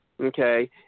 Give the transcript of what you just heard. Okay